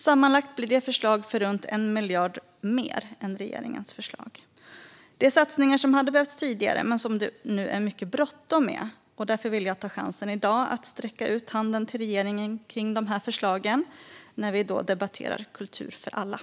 Sammanlagt blir det förslag för runt 1 miljard mer än för regeringens förslag. Det är satsningar som hade behövts tidigare men som det nu är mycket bråttom med. Därför vill jag ta chansen i dag, när vi debatterar kultur för alla, att sträcka ut handen till regeringen i fråga om dessa förslag.